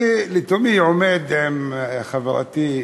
אני לתומי עומד עם חברתי,